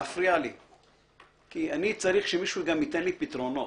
להפריע לי כי אני צריך שמישהו גם ייתן לי פתרונות.